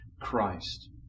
Christ